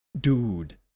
dude